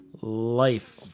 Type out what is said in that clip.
life